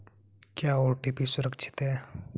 क्या ओ.टी.पी सुरक्षित है?